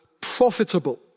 profitable